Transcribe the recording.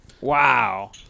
Wow